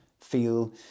feel